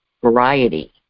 variety